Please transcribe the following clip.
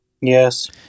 Yes